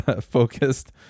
focused